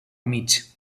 mig